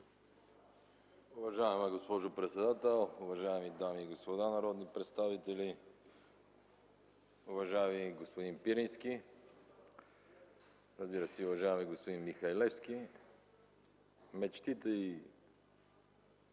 Уважаема госпожо председател, уважаеми дами и господа народни представители! Уважаеми господин Пирински, разбира се, и уважаеми господин Михалевски, мечтите и